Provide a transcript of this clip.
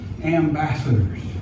ambassadors